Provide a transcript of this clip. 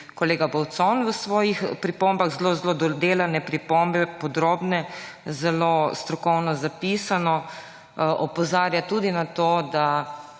kolega Bavcon v svojih pripombah, zelo dodelane pripombe, podrobne, zelo strokovno zapisano, opozarja tudi na to, da